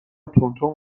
تندتند